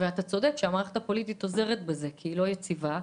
אתה צודק שהמערכת הפוליטית עוזרת בזה כי היא לא יציבה.